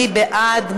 מי בעד?